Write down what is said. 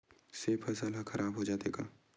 से फसल ह खराब हो जाथे का?